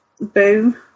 boom